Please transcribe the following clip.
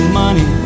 money